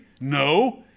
No